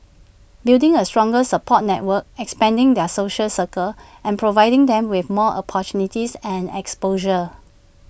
building A stronger support network expanding their social circles and providing them with more opportunities and exposure